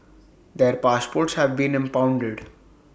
their passports have been impounded